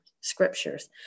scriptures